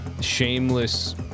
shameless